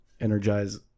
energize